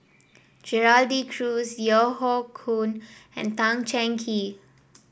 Gerald De Cruz Yeo Hoe Koon and Tan Cheng Kee